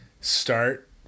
start